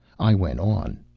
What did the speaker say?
i went on.